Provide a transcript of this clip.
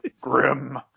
grim